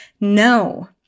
No